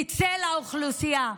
תצא לאוכלוסייה,